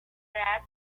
edad